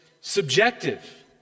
subjective